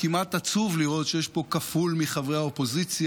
כמעט עצוב לראות שיש פה כפול מחברי האופוזיציה